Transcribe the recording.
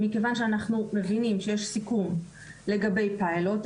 מכיוון שאנחנו מבינים שיש סיכון לגבי פיילוט,